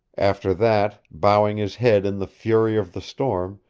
after that, bowing his head in the fury of the storm,